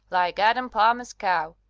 like adam palmer's cow.